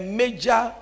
major